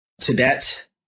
Tibet